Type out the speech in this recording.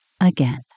again